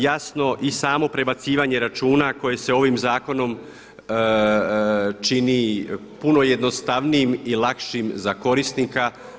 Jasno, i samo prebacivanje računa koji se ovim zakonom čini puno jednostavnijim i lakšim za korisnika.